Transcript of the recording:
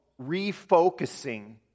refocusing